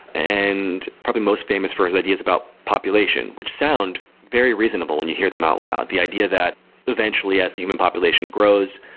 and probably most famous for his ideas about population, which sound very reasonable when you hear them out loud. the idea that eventually as the human population grows,